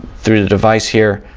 through the device here